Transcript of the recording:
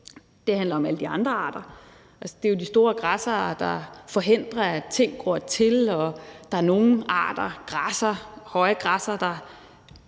Det handler om alle de andre arter. Altså, det er jo de store græssere, der forhindrer, at ting gror til, og at der er nogle arter af græs, høje græsser, der